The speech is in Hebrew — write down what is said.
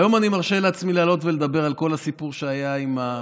היום אני מרשה לעצמי לעלות ולדבר על כל הסיפור שהיה עם,